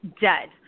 dead